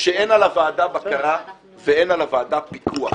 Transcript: שאין על הוועדה בקרה ואין על הוועדה פיקוח,